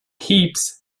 heaps